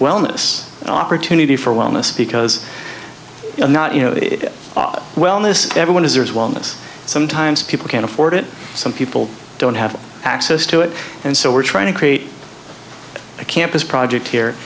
wellness opportunity for wellness because i'm not you know wellness everyone is wellness sometimes people can't afford it some people don't have access to it and so we're trying to create a campus project here